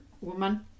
woman